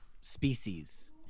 species